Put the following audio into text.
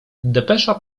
depesza